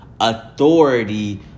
Authority